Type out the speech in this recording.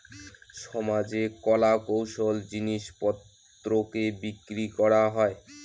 সমাজে কলা কৌশলের জিনিস পত্রকে বিক্রি করা হয়